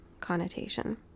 connotation